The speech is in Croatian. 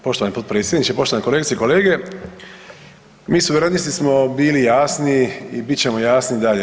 Poštovani potpredsjedniče, poštovane kolegice i kolege mi suverenisti smo bili jasni i bit ćemo jasni i dalje.